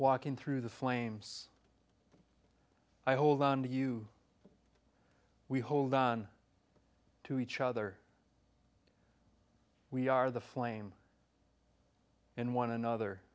walking through the flames i hold on to you we hold on to each other we are the flame in one another